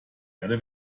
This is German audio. erde